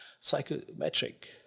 psychometric